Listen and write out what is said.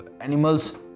animals